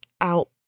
out